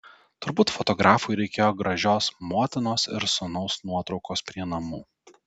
turbūt fotografui reikėjo gražios motinos ir sūnaus nuotraukos prie namų